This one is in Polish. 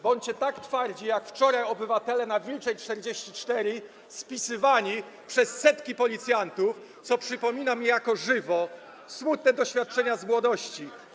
Bądźcie tak twardzi jak wczoraj obywatele na Wilczej 44, spisywani przez setki policjantów, co przypomina mi jako żywo smutne doświadczenia z młodości.